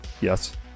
yes